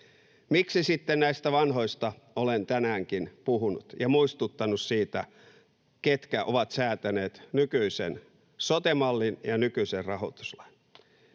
Miksi sitten näistä vanhoista olen tänäänkin puhunut ja muistuttanut siitä, ketkä ovat säätäneet nykyisen sote-mallin ja nykyisen rahoituslain?